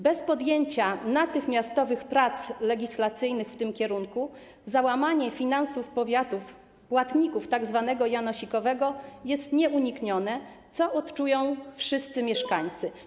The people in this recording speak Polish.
Bez podjęcia natychmiastowych prac legislacyjnych w tym kierunku załamanie finansów powiatów - płatników tzw. janosikowego jest nieuniknione, co odczują wszyscy ich mieszkańcy.